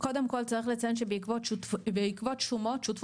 קודם כל צריך לציין שבעקבות שומות שותפות